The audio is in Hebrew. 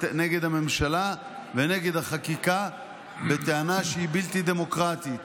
נגד הממשלה ונגד החקיקה בטענה שהיא בלתי דמוקרטית.